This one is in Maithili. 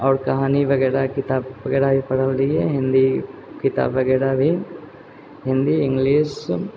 आओर कहानी वगैरहके किताब वगैरह भी पढ़ल रहियै हिन्दी किताब वगैरह भी हिन्दी इंग्लिश